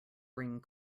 bring